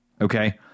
Okay